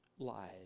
lies